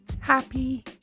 Happy